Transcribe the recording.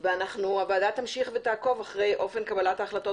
הוועדה תמשיך ותעקוב אחרי אופן קבלת ההחלטות